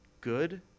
good